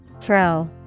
Throw